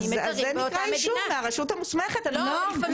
יש לי